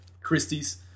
Christie's